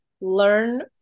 learn